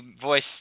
voice